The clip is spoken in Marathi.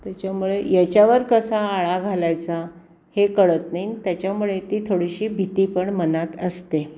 त्याच्यामुळे याच्यावर कसा आळा घालायचा हे कळत नाही ना त्याच्यामुळे ती थोडीशी भीती पण मनात असते